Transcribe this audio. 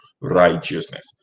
righteousness